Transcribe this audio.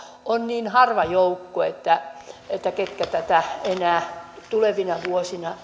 on niin harva joukko ketkä tätä enää tulevina vuosina